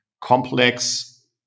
complex